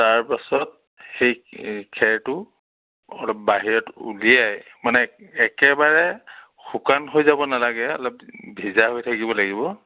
তাৰ পাছত সেই খেৰটো অলপ বাহিৰত উলিয়াই মানে একেবাৰে শুকান হৈ যাব নেলাগে অলপ ভিজা হৈ থাকিব লাগিব